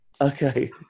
Okay